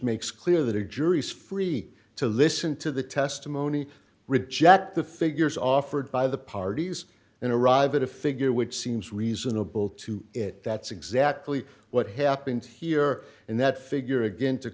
makes clear that a jury's free to listen to the testimony reject the figures offered by the parties in a rival to figure which seems reasonable to it that's exactly what happened here and that figure again to